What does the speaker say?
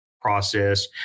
process